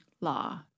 law